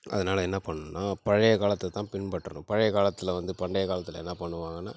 அதனால் என்ன பண்ணணும்னா பழைய காலத்தை தான் பின்பற்றணும் பழைய காலத்தில் வந்து பண்டைய காலத்தில் என்ன பண்ணுவாங்கன்னால்